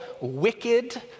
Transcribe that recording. wicked